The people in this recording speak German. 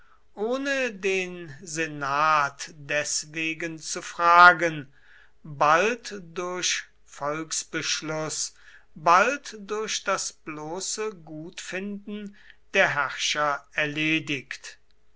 ohne den senat deswegen zu fragen bald durch volksbeschluß bald durch das bloße gutfinden der herrscher erledigt